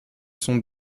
son